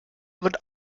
wird